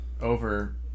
over